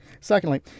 Secondly